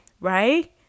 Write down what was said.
right